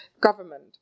government